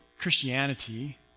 Christianity